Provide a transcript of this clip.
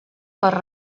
per